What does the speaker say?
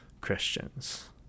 Christians